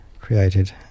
created